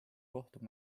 kohtu